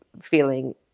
feeling